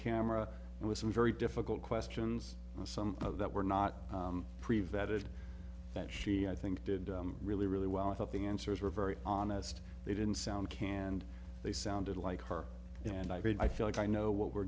camera with some very difficult questions some of that were not prevented that she i think did really really well i thought the answers were very honest they didn't sound canned they sounded like her and i mean i feel like i know what we're